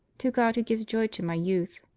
to god who gives joy to my youth.